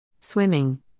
Swimming